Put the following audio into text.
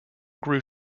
grew